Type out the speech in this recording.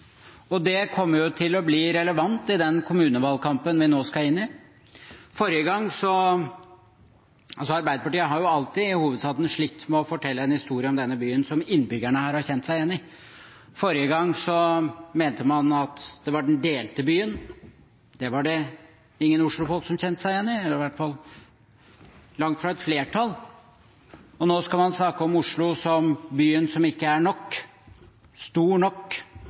kommer til å bli relevant i den kommunevalgkampen vi nå skal inn i. Arbeiderpartiet har jo alltid i hovedstaden slitt med å fortelle en historie om denne byen som innbyggerne her har kjent seg igjen i. Forrige gang mente man at det var «den delte byen». Det var det ingen Oslo-folk – eller i hvert fall langt fra et flertall – som kjente seg igjen i. Og nå skal man snakke om Oslo som byen som ikke er nok – stor nok